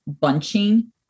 bunching